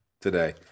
today